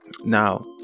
now